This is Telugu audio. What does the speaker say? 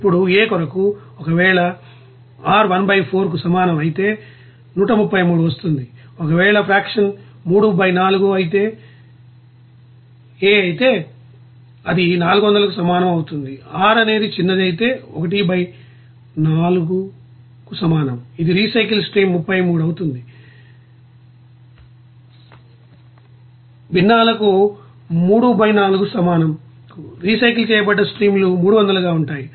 ఇప్పుడు A కొరకు ఒకవేళ R 1 బై 4కు సమానం అయితే 133 వస్తుంది ఒకవేళ ఫ్రాక్షన్స్ 3 బై 4 A అయితే అది 400కు సమానం అవుతుంది R అనేది చిన్నది అయితే 1 బై 4కు సమానం ఇది రీసైకిల్ స్ట్రీమ్ 33 అవుతుందిభిన్నాలకు 3 బై 4 కు సమానం రీసైకిల్ చేయబడ్డ స్ట్రీమ్ లు 300 గా ఉంటాయి